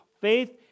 faith